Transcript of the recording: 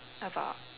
about